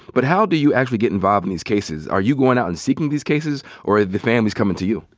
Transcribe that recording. but how do you actually get involved in these cases? are you going out and seeking these cases? or are the families coming to you?